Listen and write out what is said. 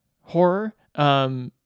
horror